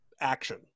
action